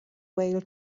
whale